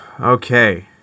Okay